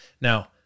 Now